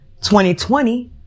2020